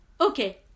Okay